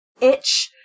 itch